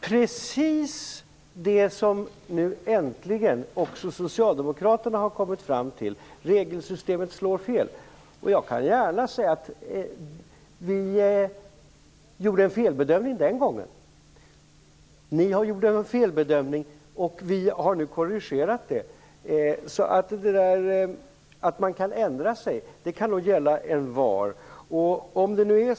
Precis det har nu socialdemokraterna äntligen kommit fram till: Regelsystemet slår fel. Jag kan gärna säga att vi gjorde en felbedömning den gången. Ni gjorde en felbedömning och vi har nu korrigerat det. Att man kan ändra sig gäller nog alla och envar.